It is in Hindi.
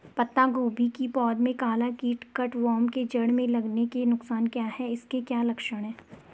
पत्ता गोभी की पौध में काला कीट कट वार्म के जड़ में लगने के नुकसान क्या हैं इसके क्या लक्षण हैं?